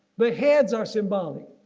the heads are symbolic.